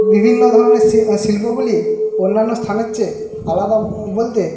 বিভিন্ন ধরণের শিল্পগুলি অন্যান্য স্থানের চেয়ে আলাদা বলতে